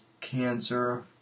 cancer